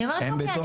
אני אומרת אוקי,